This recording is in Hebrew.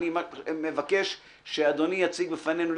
אני מבקש שאדוני יציג בפנינו,